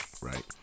right